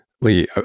Lee